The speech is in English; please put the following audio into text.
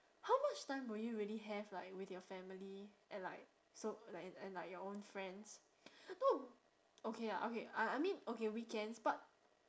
how much time would you really have like with your family and like so like and like your own friends no okay ah okay I I mean okay weekends but